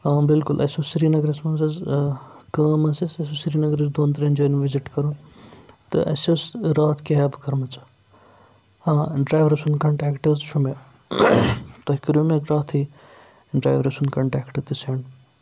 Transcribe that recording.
آ بِلکُل اَسہِ اوس سرینگرَس منٛز حظ کٲم ٲسۍ اَسہِ اَسہِ اوس سرینگرٕ دۄن ترٛٮ۪ن جایَن وِزِٹ کَرُن تہٕ اَسہِ ٲس راتھ کیب کٔرمٕژٕ آ ڈرٛیورٕ سُنٛد کَنٹیکٹ حظ چھُ مےٚ تُہۍ کٔرِو مےٚ راتھٕے ڈرٛیورٕ سُنٛد کَنٹیکٹ تہِ سٮ۪نٛڈ